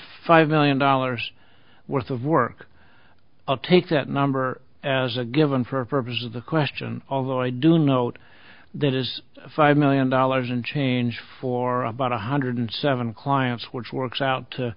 five million dollars worth of work i'll take that number as a given for purposes of the question although i do note that is five million dollars in change for about one hundred seven clients which works out to